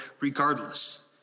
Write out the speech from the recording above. regardless